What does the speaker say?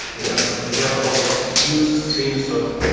yeah so of you have all these fused streams of